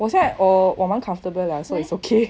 我现在我蛮 comfortable liao so it's okay